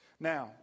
Now